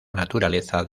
naturaleza